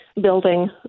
building